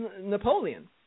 Napoleon